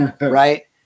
right